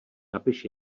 napiš